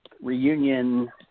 reunion